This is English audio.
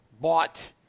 bought